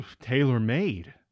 tailor-made